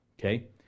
Okay